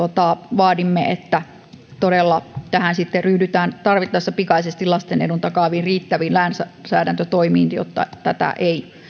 vaadimme että todella sitten ryhdytään tarvittaessa pikaisesti lasten edun takaaviin riittäviin lainsäädäntötoimiin jotta tätä ei